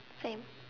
same